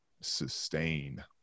sustain